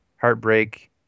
heartbreak